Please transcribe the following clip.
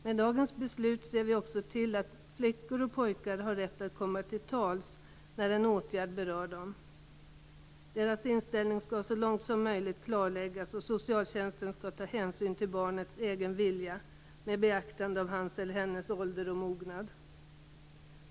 Med dagens beslut ser vi också till att flickor och pojkar har rätt att komma till tals när en åtgärd berör dem. Deras inställning skall så långt som möjligt klarläggas, och socialtjänsten skall ta hänsyn till barnets egen vilja med beaktande av hans eller hennes ålder och mognad.